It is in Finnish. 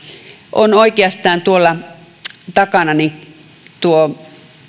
on oikeastaan tuolla takanani tuo